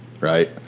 Right